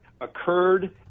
occurred